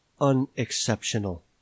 unexceptional